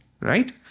right